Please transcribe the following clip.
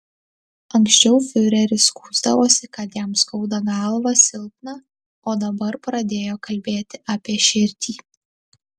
anksčiau fiureris skųsdavosi kad jam skauda galvą silpna o dabar pradėjo kalbėti apie širdį